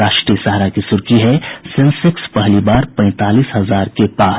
राष्ट्रीय सहारा की सुर्खी है सेंसेक्स पहली बार पैंतालीस हजार के पार